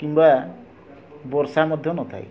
କିମ୍ବା ବର୍ଷା ମଧ୍ୟ ନଥାଏ